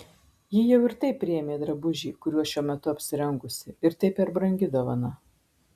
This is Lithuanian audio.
ji jau ir taip priėmė drabužį kuriuo šiuo metu apsirengusi ir tai per brangi dovana